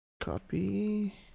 Copy